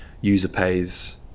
user-pays